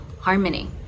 harmony